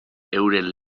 euren